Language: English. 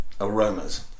Aromas